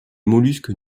mollusques